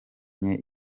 nke